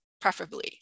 preferably